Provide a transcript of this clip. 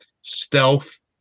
stealth